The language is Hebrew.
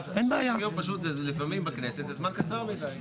30 ימים בכנסת זה זמן קצר מידי.